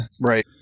Right